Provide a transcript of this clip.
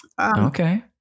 okay